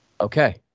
Okay